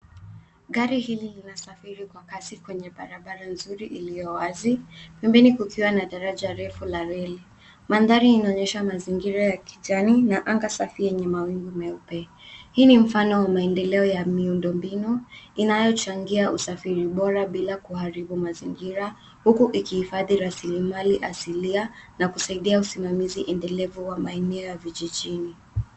Gari hili linasafiri kwa kasi kwenye barabara nzuri iliyo wazi. Pembeni kukiwa na daraja refu la reli. Mandhari inaonyesha mazingira ya kijani na anga safi yenye mawingu meupe. Hii ni mfano wa maendeleo ya miundo mbinu, inayochangia usafiri bora bila kuharibu mazingira, huku ikihifadhi rasilimali asilia na kusaidia usimamizi endelevu maeneo ya vijijini.